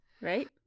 right